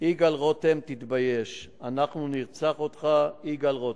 "יגאל רותם תתבייש", "אנחנו נרצח אותך יגאל רותם".